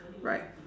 right